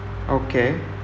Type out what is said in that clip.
okay